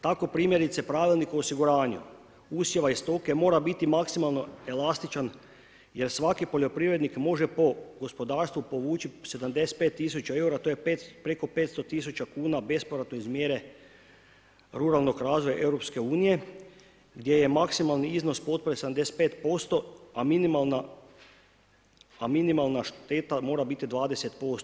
Tako primjerice Pravilnik o osiguranju usjeva i stoke mora biti maksimalno elastičan, jer svaki poljoprivredan može po gospodarstvu povući 75 000 eura, to je preko 500 000 kuna bespovratno iz mjere ruralnog razvoja EU gdje je maksimalni iznos potpore 75%, a minimalna šteta mora biti 20%